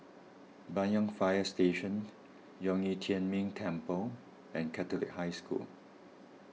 Banyan Fire Station Zhong Yi Tian Ming Temple and Catholic High School